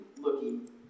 looking